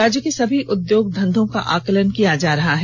राज्य के सभी उद्योग धंधों का आकलन किया जा रहा है